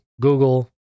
Google